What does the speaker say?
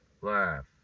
laugh